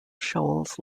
shoals